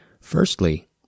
Firstly